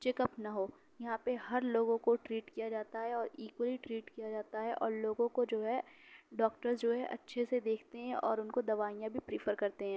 check up نہ ہو یہاں پہ ہر لوگوں کو ٹریٹ کیا جاتا ہے اور اکولی ٹریٹ کیا جاتا ہے اور لوگوں کو جو ہے ڈاکٹرس جو ہے اچھے سے دیکھتے ہیں اور ان کو دوائیاں بھی پریفر کرتے ہیں